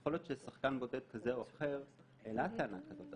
יכול להיות ששחקן בודד כזה או אחר העלה טענה כזאת,